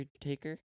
taker